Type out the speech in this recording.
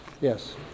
Yes